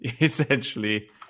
essentially